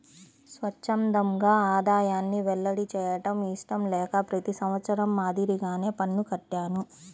స్వఛ్చందంగా ఆదాయాన్ని వెల్లడి చేయడం ఇష్టం లేక ప్రతి సంవత్సరం మాదిరిగానే పన్ను కట్టాను